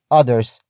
others